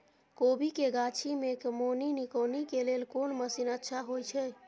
कोबी के गाछी में कमोनी निकौनी के लेल कोन मसीन अच्छा होय छै?